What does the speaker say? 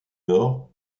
nord